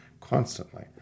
constantly